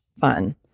fun